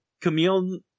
camille